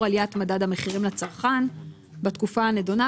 עליית מדד המחירים לצרכן בתקופה הנדונה,